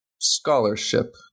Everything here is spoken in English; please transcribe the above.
scholarship